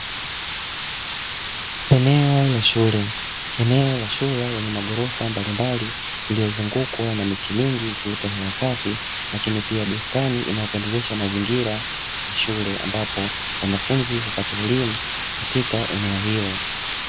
Eneo la shule lenye maghorofa mbalimbali, iliyozungukwa na miti mingi ikileta hewa safi, lakini pia bustani inayopendezesha mazingira ya shule, ambapo wanafunzi hupata elimu katika eneo la shule.